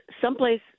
someplace